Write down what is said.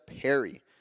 Perry